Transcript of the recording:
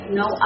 no